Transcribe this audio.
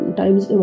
times